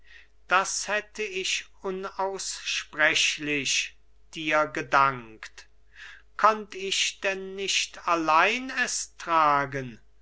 das hätte ich unaussprechlich dir gedankt konnt ich denn nicht allein es tragen